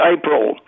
April